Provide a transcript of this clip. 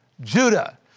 Judah